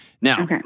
Now